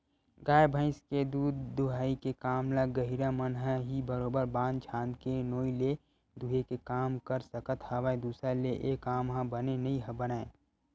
गाय भइस के दूद दूहई के काम ल गहिरा मन ह ही बरोबर बांध छांद के नोई ले दूहे के काम कर सकत हवय दूसर ले ऐ काम ह बने नइ बनय